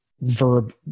verb